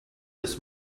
this